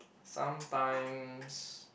sometimes